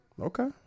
Okay